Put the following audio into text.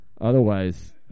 Otherwise